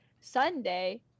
Sunday